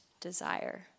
desire